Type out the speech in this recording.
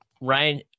ryan